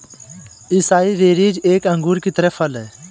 acai berries एक अंगूर की तरह फल हैं